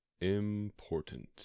important